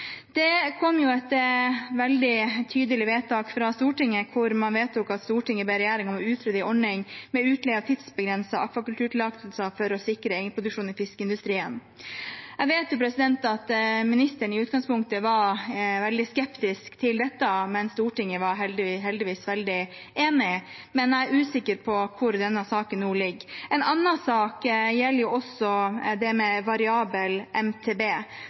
Det kom et veldig tydelig vedtak fra Stortinget, hvor man vedtok at Stortinget ba regjeringen om å utrede en ordning med utleie av tidsbegrensede akvakulturtillatelser for å sikre egenproduksjon i fiskeindustrien. Jeg vet at ministeren i utgangspunktet var veldig skeptisk til dette, men Stortinget var heldigvis veldig enig. Men jeg er usikker på hvor denne saken nå ligger. En annen sak gjelder det med variabel MTB,